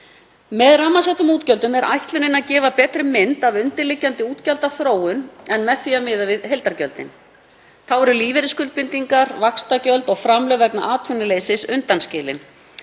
Með rammasettum útgjöldum er ætlunin að gefa betri mynd af undirliggjandi útgjaldaþróun heldur en með því að miða við heildargjöldin. Þá eru lífeyrisskuldbindingar, vaxtagjöld og framlög vegna atvinnuleysis undanskilin.